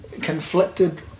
conflicted